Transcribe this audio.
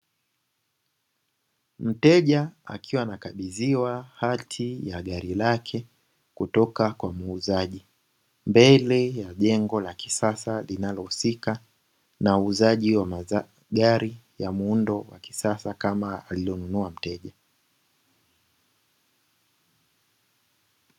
Mteja akiwa anakabidhiwa hati ya gari lake kutoka kwa muuzaji mbele ya jengo la kisasa, linalohusika na uuzaji wa magari ya muundo wa kisasa kama alilonunua mteja.